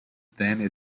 then